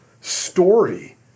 story